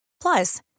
Plus